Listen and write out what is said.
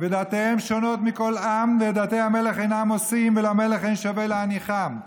ודתיהם שנות מכל עם ואת דתי המלך אינם עשים ולמלך אין שוה להניחם".